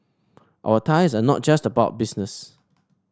our ties are not just about business